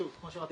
שוב כמו שאמרתי,